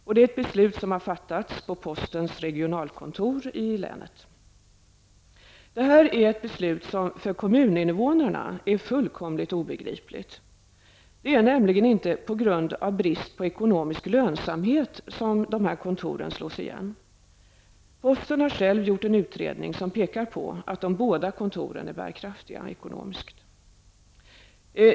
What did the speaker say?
Det är ett beslut som har fattats på postens regionalkontor i länet. Det är här ett beslut som för kommuninvånarna är fullkomligt obegripligt. Det är nämligen inte på grund av brist på ekonomisk lönsamhet som kontoren slås igen. Posten har själv gjort en utredning som pekar på att de båda kontoren är bärkraftiga.